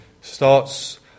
Starts